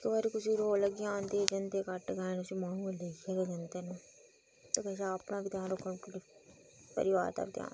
इक बारी कुसै गी रोग लग्गी जान ते जंदे घट्ट गै न उसी माह्नुएं गी लेइयै गै जंदे न एह्दे कशा अपना बी ध्यान रक्खो परिवार दा बी ध्यान रक्खो